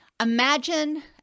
Imagine